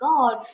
God